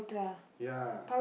ya